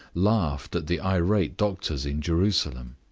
laughed at the irate doctors in jerusalem.